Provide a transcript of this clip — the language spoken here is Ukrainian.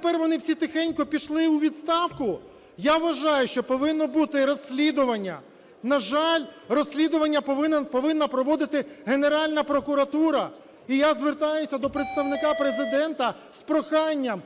тепер вони всі тихенько пішли у відставку. Я вважаю, що повинно бути розслідування. На жаль, розслідування повинна проводити Генеральна прокуратура. І я звертаюся до Представника Президента з проханням